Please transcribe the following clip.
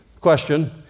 Question